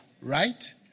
right